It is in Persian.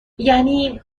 یعنی